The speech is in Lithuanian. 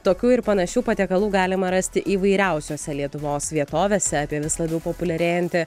tokių ir panašių patiekalų galima rasti įvairiausiose lietuvos vietovėse apie vis labiau populiarėjantį